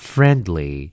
Friendly